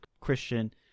Christian